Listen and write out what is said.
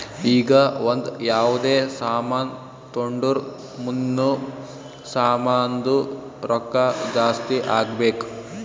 ಈಗ ಒಂದ್ ಯಾವ್ದೇ ಸಾಮಾನ್ ತೊಂಡುರ್ ಮುಂದ್ನು ಸಾಮಾನ್ದು ರೊಕ್ಕಾ ಜಾಸ್ತಿ ಆಗ್ಬೇಕ್